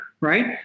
Right